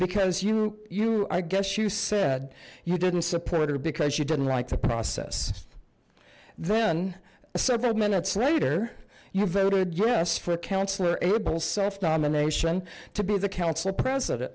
because you you i guess you said you didn't support her because you didn't like the process then several minutes later you voted yes for councillor abel's self nomination to be the council president